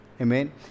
Amen